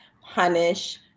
punish